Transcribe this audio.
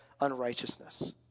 unrighteousness